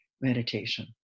meditation